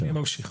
אני ממשיך.